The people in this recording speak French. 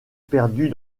perdu